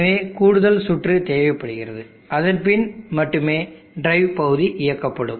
எனவே கூடுதல் சுற்று தேவைப்படுகிறது அதன்பின் மட்டுமே டிரைவ் பகுதி இயக்கப்படும்